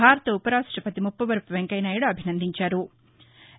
భారత ఉపరాష్టపతి ముప్పవరపు వెంకయ్య నాయుడు అభినందించారు